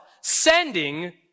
sending